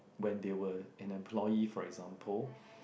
when they were an employee for example